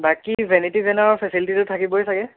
বাকী ভেনেটি ভেনৰ ফেচেলিটিটো থাকিবই চাগে